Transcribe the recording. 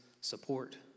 support